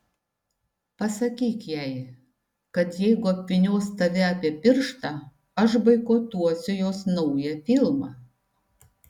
pasakyk jai kad jeigu apvynios tave apie pirštą aš boikotuosiu jos naują filmą